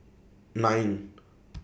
nine